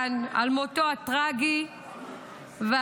אביטן על מותו הטרגי והקשה.